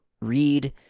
read